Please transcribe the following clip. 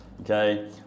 Okay